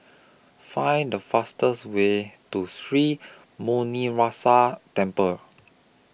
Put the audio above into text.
Find The fastest Way to Sri Muneeswaran Temple